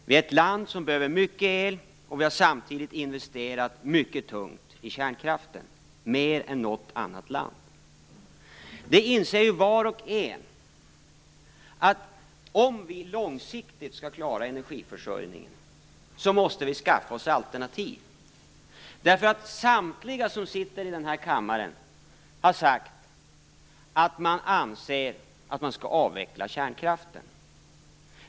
Det är ett land som behöver mycket el, och vi har investerat mycket tungt i kärnkraften, mer än något annat land. Var och en inser att om vi långsiktigt skall klara energiförsörjningen måste vi skaffa oss alternativ. Samtliga som sitter i den här kammaren har sagt att man anser att kärnkraften skall avvecklas.